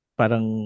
parang